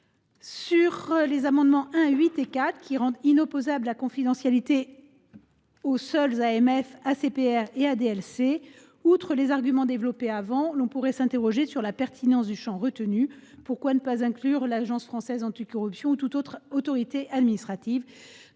rectifié tendent à rendre inopposable la confidentialité aux seules AMF, ACPR et ADLC. Outre les arguments précédemment développés, l’on pourrait s’interroger sur la pertinence du champ retenu : pourquoi ne pas inclure l’Agence française anticorruption ou toute autre autorité administrative ?